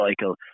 cycle